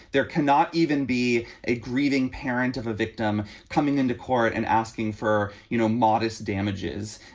there cannot even be a grieving parent of a victim coming into court and asking for, you know, modest damages.